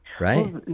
right